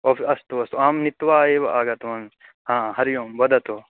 ओ अस्तु अस्तु अहं नीत्वा एव आगतवान् हा हरिः ओम् वदतु